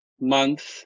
month